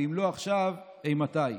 ואם לא עכשיו, אימתי".